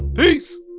peace